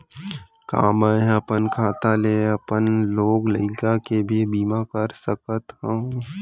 का मैं ह अपन खाता ले अपन लोग लइका के भी बीमा कर सकत हो